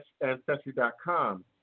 Ancestry.com